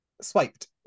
swiped